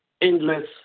endless